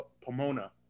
pomona